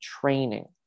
training